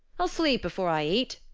i'll sleep before i eat,